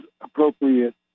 appropriate